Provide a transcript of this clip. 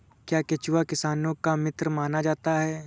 क्या केंचुआ किसानों का मित्र माना जाता है?